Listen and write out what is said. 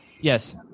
Yes